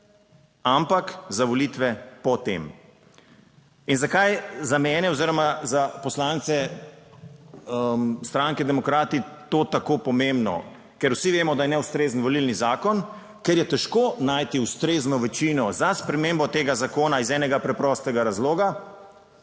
ampak za volitve po tem. In zakaj je za mene oziroma za poslance stranke Demokrati to tako pomembno? Ker vsi vemo, da je neustrezen volilni zakon, ker je težko najti ustrezno večino za spremembo tega zakona iz enega preprostega razloga.